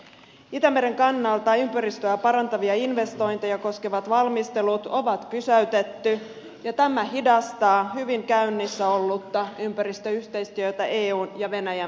itämeren kannalta ympäristöä parantavia investointeja koskevat valmistelut on pysäytetty ja tämä hidastaa hyvin käynnissä ollutta ympäristöyhteistyötä eun ja venäjän välillä